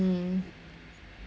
mm